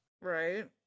Right